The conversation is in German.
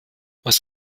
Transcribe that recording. was